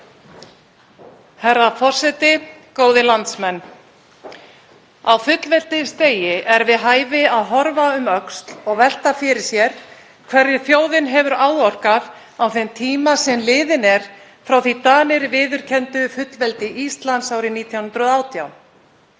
Herra forseti. Góðir landsmenn. Á fullveldisdegi er við hæfi að horfa um öxl og velta fyrir sér hverju þjóðin hefur áorkað á þeim tíma sem liðinn er frá því að Danir viðurkenndu fullveldi Íslands árið 1918.